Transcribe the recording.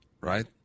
right